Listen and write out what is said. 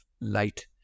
light